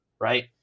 right